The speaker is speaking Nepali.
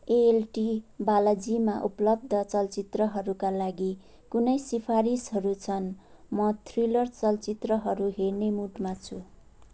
एएलटी बालाजीमा उपलब्ध चलचित्रहरूका लागि कुनै सिफारिसहरू छन् म थ्रिलर चलचित्रहरू हेर्ने मुडमा छु